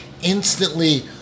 Instantly